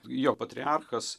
jo patriarchas